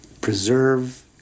preserve